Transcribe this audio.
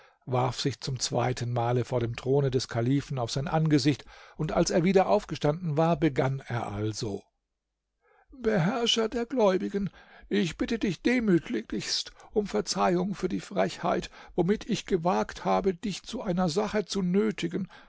warf sich zum zweiten male vor dem throne des kalifen auf sein angesicht und als er wieder aufgestanden war begann er also beherrscher der gläubigen ich bitte dich demütiglichst um verzeihung für die frechheit womit ich es gewagt habe dich zu einer sache zu nötigen